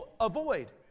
avoid